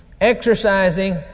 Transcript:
exercising